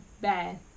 bad